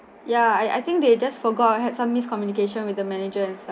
ya I I think they just forgot I had some miscommunication with the managers and staff